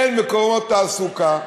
אין מקומות תעסוקה,